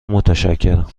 متشکرم